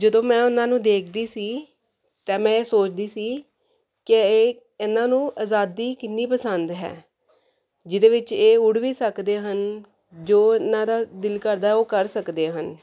ਜਦੋਂ ਮੈਂ ਉਹਨਾਂ ਨੂੰ ਦੇਖਦੀ ਸੀ ਤਾਂ ਮੈਂ ਇਹ ਸੋਚਦੀ ਸੀ ਕਿ ਇਹਨਾਂ ਨੂੰ ਆਜ਼ਾਦੀ ਕਿੰਨੀ ਪਸੰਦ ਹੈ ਜਿਹਦੇ ਵਿੱਚ ਇਹ ਉੱਡ ਵੀ ਸਕਦੇ ਹਨ ਜੋ ਉਹਨਾਂ ਦਾ ਦਿਲ ਕਰਦਾ ਉਹ ਕਰ ਸਕਦੇ ਹਨ